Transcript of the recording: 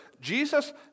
jesus